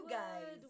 guys